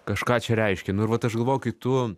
kažką čia reiškia nu ir vat aš galvojau kai tu